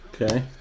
Okay